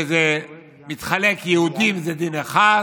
שזה מתחלק: יהודים זה דין אחד,